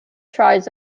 tries